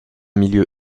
milieu